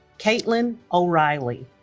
katelyn o'reilly